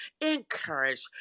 encourage